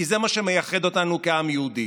כי זה מה שמייחד אותנו כעם היהודי,